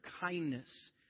kindness